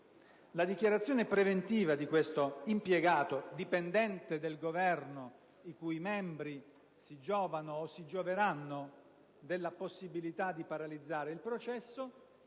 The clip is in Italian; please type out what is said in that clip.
La dichiarazione preventiva di questo impiegato, dipendente del Governo i cui membri si giovano o si gioveranno della possibilità di paralizzare il processo,